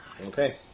Okay